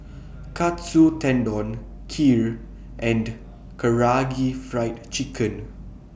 Katsu Tendon Kheer and Karaage Fried Chicken